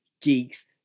geeks